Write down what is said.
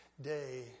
day